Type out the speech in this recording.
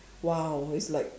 !wow! it's like